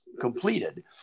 completed